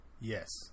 Yes